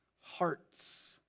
hearts